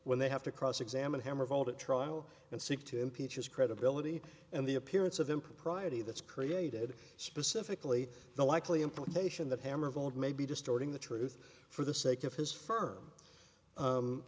when they have to cross examine him or hold a trial and seek to impeach his credibility and the appearance of impropriety that's created specifically the likely implication that ham of old may be distorting the truth for the sake of his firm